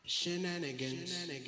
shenanigans